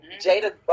Jada